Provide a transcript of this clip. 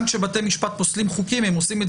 גם כשבתי משפט פוסלים חוקים הם עושים את